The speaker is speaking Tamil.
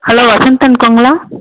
ஹலோ வசந்த் அன் கோங்களா